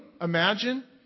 imagine